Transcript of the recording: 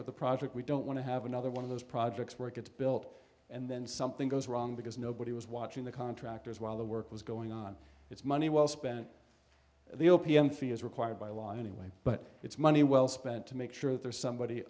with the project we don't want to have another one of those projects where it gets built and then something goes wrong because nobody was watching the contractors while the work was going on it's money well spent the o p m fee is required by law anyway but it's money well spent to make sure that there's somebody